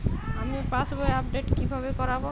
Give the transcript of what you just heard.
আমি পাসবই আপডেট কিভাবে করাব?